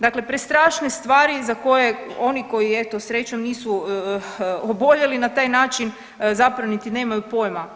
Dakle, prestrašne stvari za koje oni koji eto srećom nisu oboljeli na taj način zapravo niti nemaju pojima.